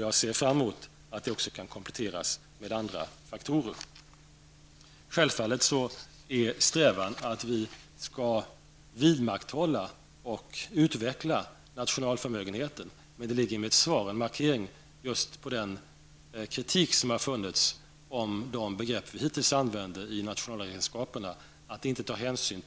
Jag ser fram emot att det kan kompletteras med andra faktorer. Självfallet är strävan att vi skall vidmakthålla och utveckla nationalförmögenheten, men i mitt svar finns en markering just när det gäller den kritik som har funnits om de begrepp som vi hittills har använt i nationalräkenskaperna, att man inte tar hänsyn